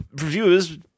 reviewers